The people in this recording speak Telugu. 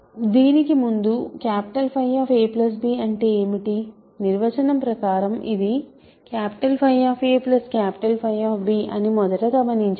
దీనికి ముందు 𝚽ab అంటే ఏమిటి నిర్వచనం ప్రకారం ఇది 𝚽 𝚽 అని మొదట గమనించండి